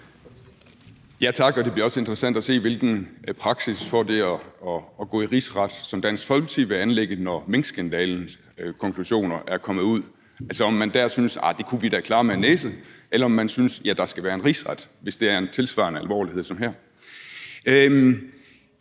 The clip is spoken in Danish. Tak. Det bliver også interessant at se, hvilken praksis Dansk Folkeparti vil anlægge for at gå i rigsret, når minkskandalens konklusioner er kommet ud; altså om man der synes, at det kunne man da klare med en næse, eller om man synes, at der skal være en rigsret, hvis det er en tilsvarende alvorlighed som her.